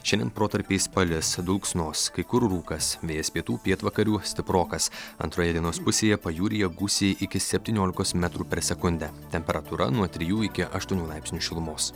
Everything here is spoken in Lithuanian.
šiandien protarpiais palis dulksnos kai kur rūkas vėjas pietų pietvakarių stiprokas antroje dienos pusėje pajūryje gūsiai iki spetyniolikos metrų per sekundę temperatūra nuo trijų iki aštuonių laipsnių šilumos